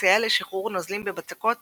מסייע לשחרור נוזלים בבצקות